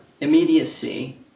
immediacy